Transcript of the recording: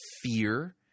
fear